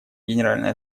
генеральной